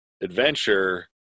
adventure